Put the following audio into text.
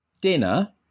dinner